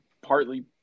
partly